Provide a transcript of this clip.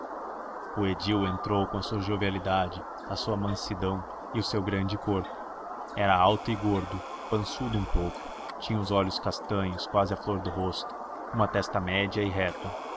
o edil entrou com a sua jovialidade a sua mansidão e o seu grande corpo era alto e gordo pançudo um pouco tinha os olhos castanhos quase à flor do rosto uma testa média e reta